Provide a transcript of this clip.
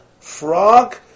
frog